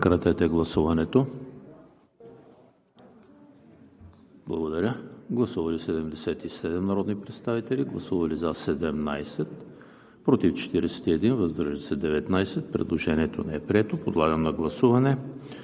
Предложението не е прието. Подлагам на гласуване